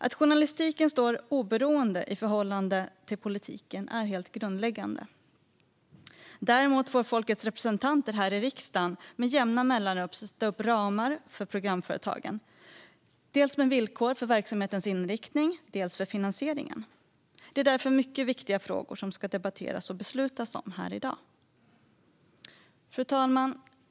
Att journalistiken står oberoende i förhållande till politiken är helt grundläggande. Däremot får folkets representanter här i riksdagen med jämna mellanrum sätta upp ramar för programföretagen, dels med villkor för verksamhetens inriktning, dels för finansieringen. Det är därför mycket viktiga frågor som ska debatteras och beslutas om här i dag. Fru talman!